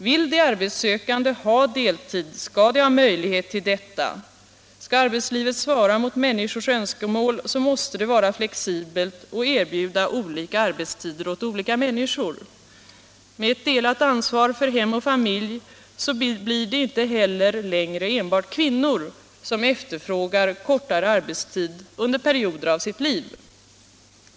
Vill de arbetssökande ha deltid, skall de ha möjlighet till detta. Skall arbetslivet svara mot människors önskemål, så måste det vara flexibelt och erbjuda olika arbetstider åt olika människor. Med ett delat ansvar för hem och familj blir det inte heller längre enbart kvinnor som efterfrågar kortare arbetstid under perioder av sitt liv.